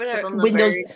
Windows